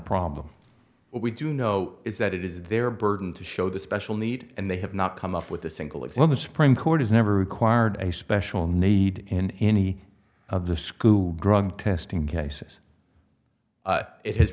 problem but we do know is that it is their burden to show the special need and they have not come up with a single example supreme court has never required a special need in any of the school drug testing cases it has